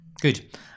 Good